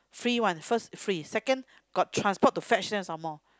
free one first free second got transport to fetch her some more